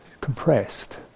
compressed